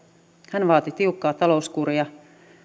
hän vaati tiukkaa talouskuria